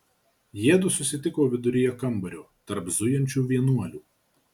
jiedu susitiko viduryje kambario tarp zujančių vienuolių